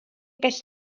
ges